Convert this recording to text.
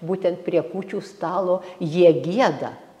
būtent prie kūčių stalo jie gieda